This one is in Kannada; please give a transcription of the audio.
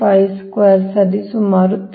5 ಚದರ ಸರಿಸುಮಾರು 3